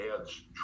adds